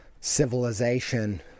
civilization